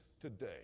today